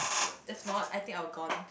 if not I think I'll gone